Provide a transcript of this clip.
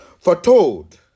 Foretold